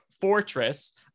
fortress